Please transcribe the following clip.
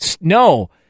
No